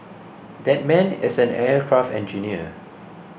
that man is an aircraft engineer